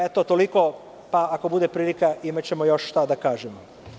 Eto, toliko, pa ako bude prilika, imaćemo još šta da kažemo.